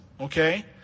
okay